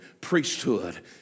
priesthood